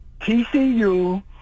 TCU